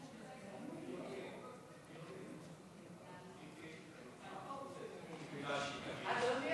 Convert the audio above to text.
אדוני